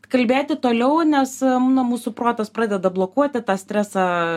kalbėti toliau nes nu mūsų protas pradeda blokuoti tą stresą